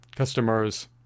Customers